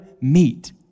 meet